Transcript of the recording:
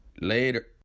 Later